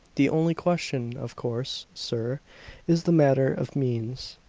the only question, of course sir is the matter of means.